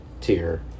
tier